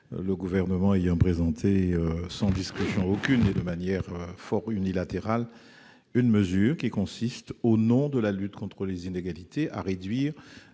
le Gouvernement ayant présenté sans discussion aucune et de manière fort unilatérale une mesure qui consiste, au nom de la lutte contre les inégalités, à faire